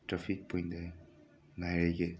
traffic ꯄꯣꯏꯟꯗ ꯉꯥꯏꯔꯒꯦ